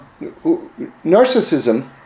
narcissism